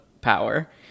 power